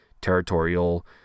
territorial